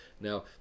Now